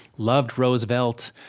loved roosevelt,